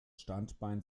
standbein